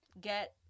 get